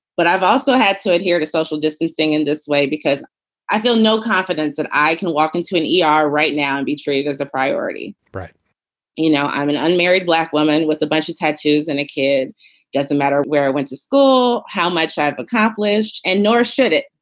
but i've also had to adhere to social distancing in this way because i feel no confidence that i can walk into an e r. right now and be treated as a priority. you know, i'm an unmarried black woman with a bunch of tattoos and a kid doesn't matter where i went to school, how much i've accomplished, and nor should it.